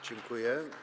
Dziękuję.